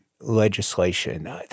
legislation